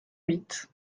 huit